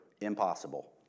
Impossible